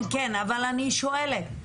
כן, אבל אני שואלת,